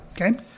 Okay